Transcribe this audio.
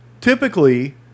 Typically